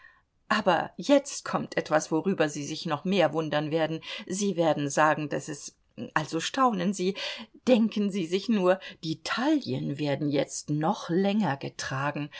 aber jetzt kommt etwas worüber sie sich noch mehr wundern werden sie werden sagen daß es also staunen sie denken sie sich nur die taillen werden jetzt noch länger getragen